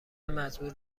مزبور